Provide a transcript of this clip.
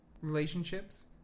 relationships